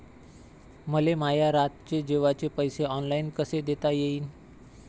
मले माया रातचे जेवाचे पैसे ऑनलाईन कसे देता येईन?